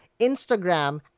Instagram